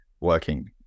working